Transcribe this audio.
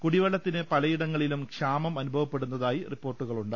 കുടിവെള്ളത്തിന് പലയിടങ്ങളിലും ക്ഷാമം അനുഭവപ്പെടുന്നതായി റിപ്പോർട്ടുകളുണ്ട്